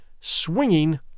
swinging